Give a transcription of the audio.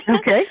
Okay